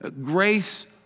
Grace